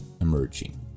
emerging